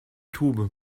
tube